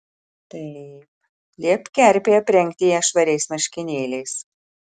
taip liepk kerpei aprengti ją švariais marškinėliais